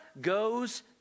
goes